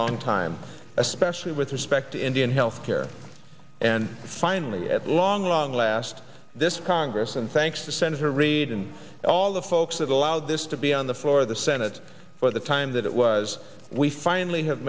long time especially with respect to indian health care and finally at long long last this congress and thanks to senator reid and all the folks that allowed this to be on the floor of the senate for the time that it was we finally have